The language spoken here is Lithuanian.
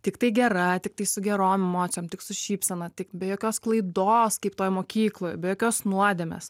tiktai gera tiktai su gerom emocijom tik su šypsena tik be jokios klaidos kaip toj mokykloj be jokios nuodėmės